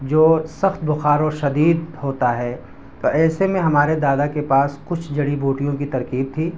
جو سخت بخار و شدید ہوتا ہے تو ایسے میں ہمارے دادا کے پاس کچھ جڑی بوٹیوں کی ترکیب تھی